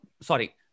sorry